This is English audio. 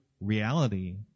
reality